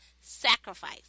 sacrifice